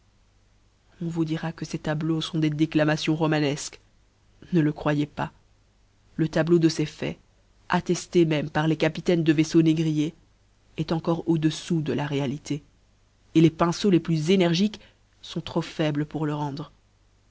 on vous dira que ces tableaux font des déclamations romanefques ne le croyez pas le tableau de ces faits atteftés même par les capitaines de vaifleaux négriers eu encore au deflbus de la réalité les pinceaux les plus énergiques font trop foibles pour le rendre